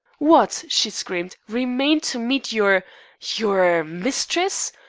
what? she screamed. remain to meet your your mistress?